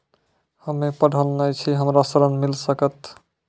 हम्मे पढ़ल न छी हमरा ऋण मिल सकत?